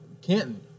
Canton